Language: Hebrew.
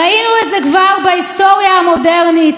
ראינו את זה כבר בהיסטוריה המודרנית.